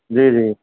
जी जी